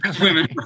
women